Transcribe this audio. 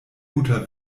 guter